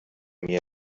mir